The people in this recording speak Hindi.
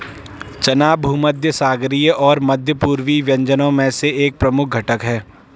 चना भूमध्यसागरीय और मध्य पूर्वी व्यंजनों में एक प्रमुख घटक है